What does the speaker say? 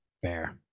Fair